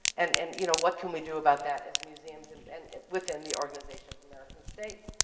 and and you know what can we do about that as museums and and within the organization of american states.